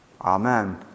Amen